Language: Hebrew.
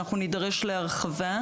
אנחנו נידרש להרחבה.